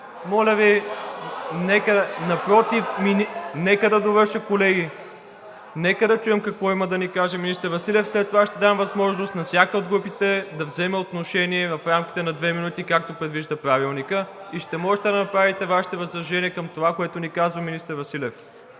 – нека да довърша, колеги. Нека да чуем какво има да ни каже министър Василев. След това ще дам възможност на всяка от групите да вземе отношение в рамките на две минути, както предвижда Правилникът, и ще можете да направите Вашите възражения към това, което ни казва министър Василев.